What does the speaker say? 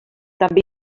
també